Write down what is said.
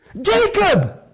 Jacob